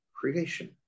creation